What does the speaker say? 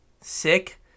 Sick